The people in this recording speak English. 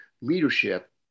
leadership